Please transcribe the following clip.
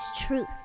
Truth